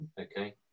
okay